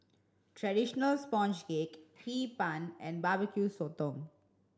traditional sponge cake Hee Pan and Barbecue Sotong